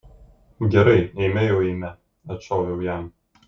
gerai eime jau eime atšoviau jam